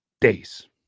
days